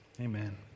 Amen